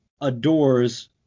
adores